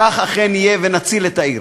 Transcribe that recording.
כך אכן יהיה, ונציל את העיר.